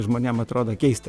žmonėm atrodo keista